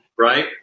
right